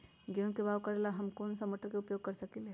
गेंहू के बाओ करेला हम कौन सा मोटर उपयोग कर सकींले?